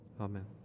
Amen